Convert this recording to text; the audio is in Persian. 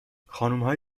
خانمهای